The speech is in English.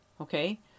Okay